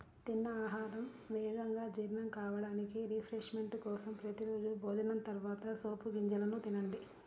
తిన్న ఆహారం వేగంగా జీర్ణం కావడానికి, రిఫ్రెష్మెంట్ కోసం ప్రతి రోజూ భోజనం తర్వాత సోపు గింజలను తినండి